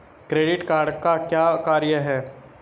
Credit card का क्या कार्य है?